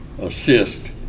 assist